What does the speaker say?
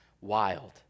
wild